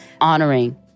honoring